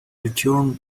return